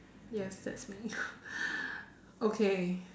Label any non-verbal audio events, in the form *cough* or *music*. yes that's me *laughs* okay